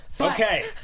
Okay